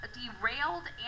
derailed